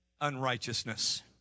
unrighteousness